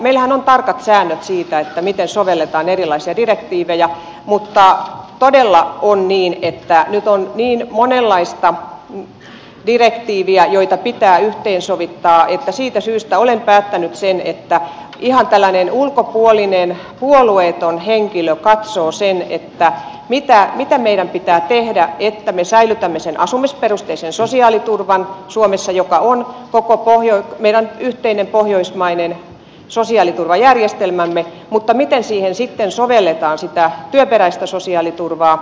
meillähän on tarkat säännöt siitä miten sovelletaan erilaisia direktiivejä mutta todella on niin että nyt on niin monenlaista direktiiviä joita pitää yhteensovittaa että siitä syystä olen päättänyt että ihan tällainen ulkopuolinen puolueeton henkilö katsoo mitä meidän pitää tehdä että me säilytämme sen asumisperusteisen sosiaaliturvan suomessa joka on meidän yhteinen pohjoismainen sosiaaliturvajärjestelmämme mutta miten siihen sitten sovelletaan sitä työperäistä sosiaaliturvaa